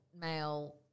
male